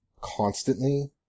constantly